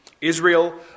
Israel